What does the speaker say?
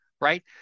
right